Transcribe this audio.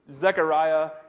Zechariah